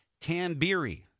Tambiri